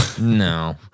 No